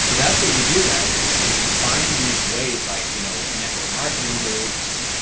so that's what you do guys is is you find these ways like you know network marketing groups,